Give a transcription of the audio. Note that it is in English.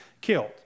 killed